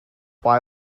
why